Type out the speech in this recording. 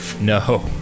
No